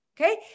Okay